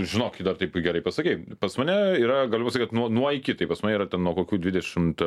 žinok ir dar taip gerai pasakei pas mane yra galima sakyt nuo nuo iki tai pas mane yra ten nuo kokių dvidešimt